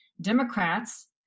Democrats